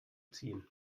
ziehen